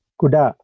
kuda